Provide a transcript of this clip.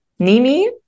Nimi